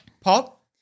Pop